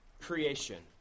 creation